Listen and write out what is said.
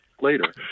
later